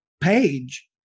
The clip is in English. page